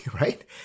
right